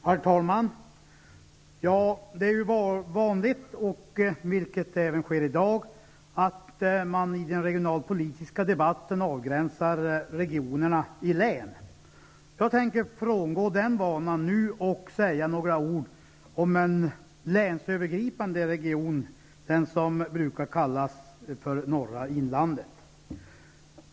Herr talman! Det är vanligt, och det sker även i dag, att man i den regionalpolitiska debatten avgränsar regionerna i län. Jag tänker frångå den vanan och säga några ord om en länsövergripande region, den som brukar kallas norra inlandet.